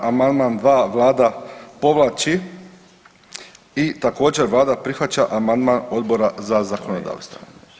Amandman 2. Vlada povlači i također Vlada prihvaća amandman Odbora za zakonodavstvo.